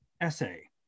essay